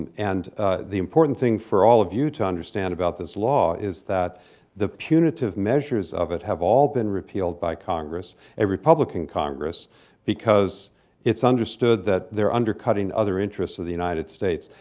and and the important thing for all of you to understand about this law is that the punitive measures of it have all been repealed by congress a republican congress because it's understood that they're undercutting other interests of the united states.